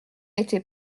été